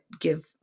give